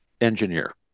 engineer